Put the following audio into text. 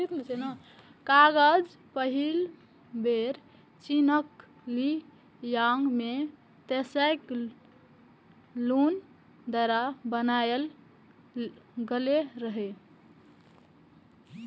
कागज पहिल बेर चीनक ली यांग मे त्साई लुन द्वारा बनाएल गेल रहै